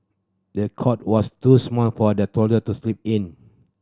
the cot was too small for the toddler to sleep in